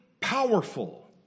powerful